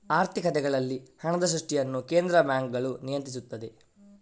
ಆರ್ಥಿಕತೆಗಳಲ್ಲಿ ಹಣದ ಸೃಷ್ಟಿಯನ್ನು ಕೇಂದ್ರ ಬ್ಯಾಂಕುಗಳು ನಿಯಂತ್ರಿಸುತ್ತವೆ